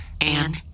Anne